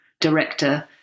director